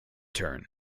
turn